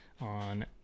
on